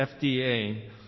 FDA